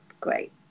great